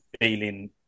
feeling